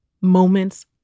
moments